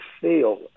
feel